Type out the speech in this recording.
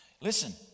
listen